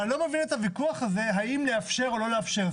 אני לא מבין את הוויכוח, האם לאפשר או לא לאפשר.